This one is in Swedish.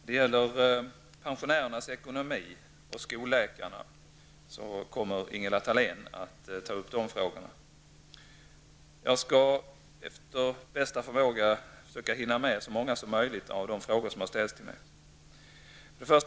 Herr talman! Ingela Thalén kommer att ta upp frågorna om pensionärernas ekonomi och skolläkarna. Jag skall efter bästa förmåga försöka hinna med så många som möjligt av de övriga frågor som ställts till mig.